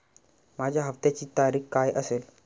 माझ्या हप्त्याची तारीख काय असेल?